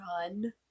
run